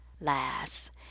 last